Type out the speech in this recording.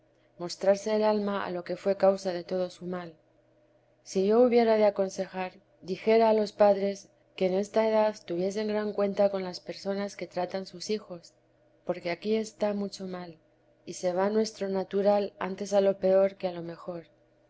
mostrarse el alma a lo que fué causa de todo su mal si yo hubiera de aconsejar dijera a los padres que en esta edad tuviesen gran cuenta con las personas que tratan sus hijos porque aquí está mucho mal que se va nuestro natural antes a lo peor que a lo mejor